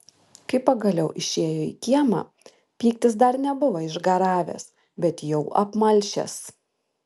kai pagaliau išėjo į kiemą pyktis dar nebuvo išgaravęs bet jau apmalšęs